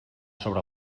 sobre